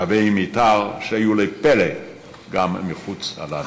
קווי מתאר שהיו לפלא גם מחוץ לנו.